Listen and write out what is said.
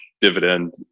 dividend